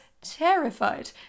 terrified